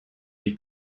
holy